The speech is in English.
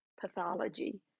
pathology